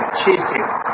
cheesecake